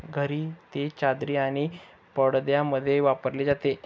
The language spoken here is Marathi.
घरी ते चादरी आणि पडद्यांमध्ये वापरले जाते